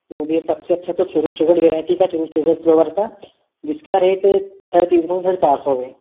तो भैया सबसे अच्छा तो शुगर वेराइटी शुगर फ्लेवर का जिसका रेट साढ़े तीन सौ से चार सौ है